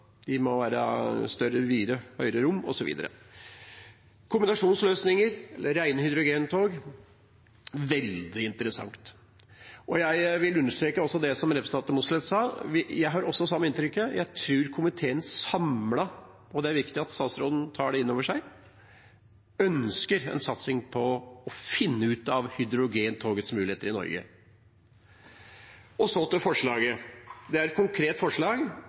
de må være større, videre, høyere rom, osv. Kombinasjonsløsninger eller rene hydrogentog er veldig interessant. Jeg understreker også det som representanten Mossleth sa, jeg har også det samme inntrykket – jeg tror komiteen samlet, og det er viktig at statsråden tar inn over seg, ønsker en satsing på å finne ut av hydrogentogets muligheter i Norge. Så til forslaget. Det er et konkret forslag,